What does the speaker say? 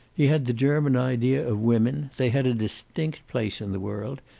he had the german idea of women. they had a distinct place in the world,